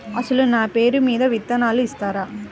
అసలు నా పేరు మీద విత్తనాలు ఇస్తారా?